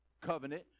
covenant